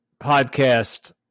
podcast